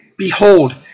Behold